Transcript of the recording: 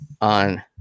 on